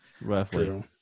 roughly